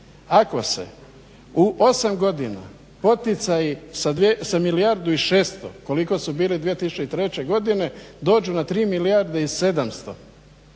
ako se u osam godina poticaji sa milijardu i 600 koliko su bili 2003. godine dođu na 3 milijarde i 700